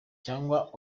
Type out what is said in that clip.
cyangwa